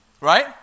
Right